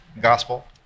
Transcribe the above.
gospel